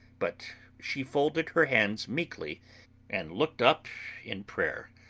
but she folded her hands meekly and looked up in prayer.